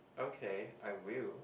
okay I will